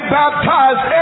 baptized